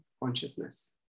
consciousness